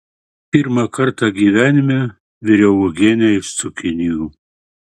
pirmą kartą gyvenime viriau uogienę iš cukinijų